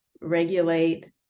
regulate